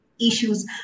issues